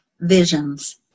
visions